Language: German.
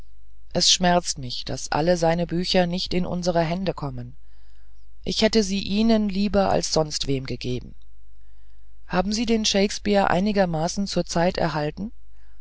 es schmerzt mich daß alle seine bücher nicht in unsere hände kommen ich hätte sie ihnen lieber als sonst wem gegeben haben sie den shakespeare einigermaßen zur zeit erhalten